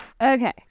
Okay